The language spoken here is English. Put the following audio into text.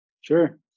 Sure